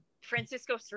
Francisco